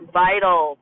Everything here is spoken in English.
vital